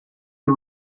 you